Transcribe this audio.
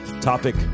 Topic